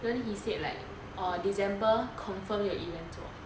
then he said like err december confirm 有 event 做